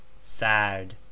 sad